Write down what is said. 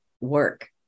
work